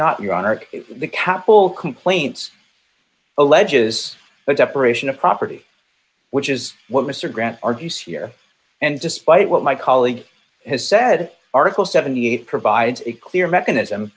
not your honor the capital complaints alleges that separation of property which is what mr grant argues here and despite what my colleague has said article seventy eight provides a clear mechanism